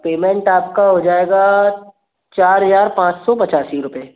payment आपका हो जाएगा चार हज़ार पाँच सौ पचासी रुपये